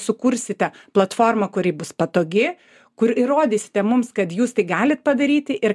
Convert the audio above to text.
sukursite platformą kuri bus patogi kur įrodysite mums kad jūs tai galit padaryti ir